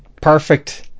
Perfect